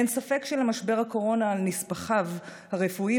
אין ספק שלמשבר הקורונה על נספחיו הרפואיים